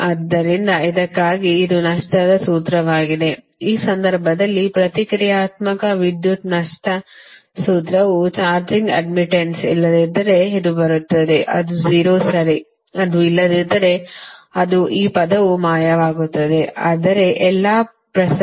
ಆದ್ದರಿಂದ ಇದಕ್ಕಾಗಿ ಇದು ನಷ್ಟದ ಸೂತ್ರವಾಗಿದೆ ಆ ಸಂದರ್ಭದಲ್ಲಿ ಪ್ರತಿಕ್ರಿಯಾತ್ಮಕ ವಿದ್ಯುತ್ ನಷ್ಟ ಸೂತ್ರವು ಚಾರ್ಜಿಂಗ್ ಅಡ್ಡ್ಮಿಟ್ಟನ್ಸ್ವು ಇಲ್ಲದಿದ್ದರೆ ಅದು ಬರುತ್ತದೆ ಅದು 0 ಸರಿ ಅದು ಇಲ್ಲದಿದ್ದರೆ ಅದು ಈ ಪದವು ಮಾಯವಾಗುತ್ತದೆ ಆದರೆ ಎಲ್ಲಾ ಪ್ರಸರಣ ಲೈನ್ಗಳಿಗೆ ಅದು ಅಲ್ಲಿರು